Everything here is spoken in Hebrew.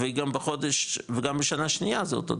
וגם בשנה שנייה זה אותו דבר.